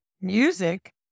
music